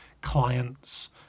clients